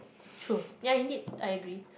true ya indeed I agree